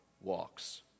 walks